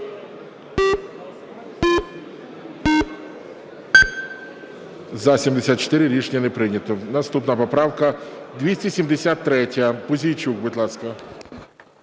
За-74 Рішення не прийнято. Наступна поправка 273-я. Пузійчук, будь ласка.